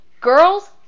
Girls